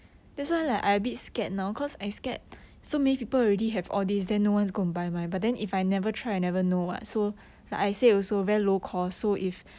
所以呢